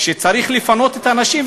שצריך לפנות את האנשים,